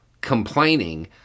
complaining